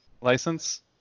license